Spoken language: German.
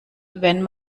wenn